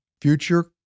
future